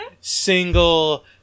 single